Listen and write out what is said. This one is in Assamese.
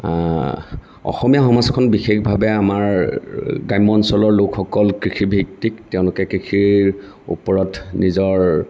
অসমীয়া সংস্কৃতি বিশেষভাৱে আমাৰ গ্ৰাম্য অঞ্চলৰ লোকসকল আমাৰ কৃষিভিত্তিক তেওঁলোকে কৃষিৰ ওপৰত নিজৰ